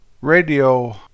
Radio